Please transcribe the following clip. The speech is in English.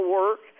work